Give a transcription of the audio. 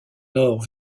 nord